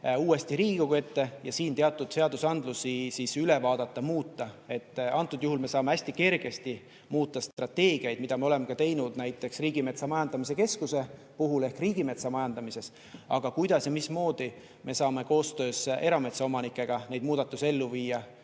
uuesti Riigikogu ette ja siin teatud seadusi siis üle vaadata, muuta. Antud juhul me saame hästi kergesti muuta strateegiaid, mida me oleme ka teinud, näiteks Riigimetsa Majandamise Keskuse puhul ehk riigimetsa majandamises. Aga kuidas ja mismoodi me saame koostöös erametsaomanikega neid muudatusi ellu viia,